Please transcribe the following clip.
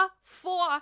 four